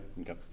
okay